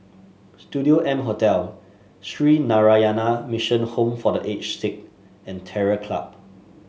Studio M Hotel Sree Narayana Mission Home for The Aged Sick and Terror Club